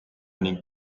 ning